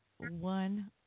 one